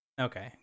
Okay